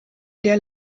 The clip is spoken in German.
der